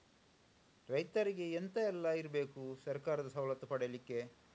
ರೈತರಿಗೆ ಎಂತ ಎಲ್ಲ ಇರ್ಬೇಕು ಸರ್ಕಾರದ ಸವಲತ್ತು ಪಡೆಯಲಿಕ್ಕೆ?